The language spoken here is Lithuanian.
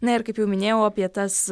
na ir kaip jau minėjau apie tas